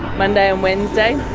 monday and wednesday?